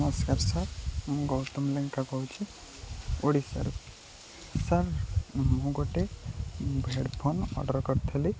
ନମସ୍କାର୍ ସାର୍ ମୁଁ ଗୌତମ ଲେଙ୍କା କହୁଛି ଓଡ଼ିଶାର ସାର୍ ମୁଁ ଗୋଟେ ହେଡ଼ଫୋନ୍ ଅର୍ଡ଼ର୍ କରିଥିଲି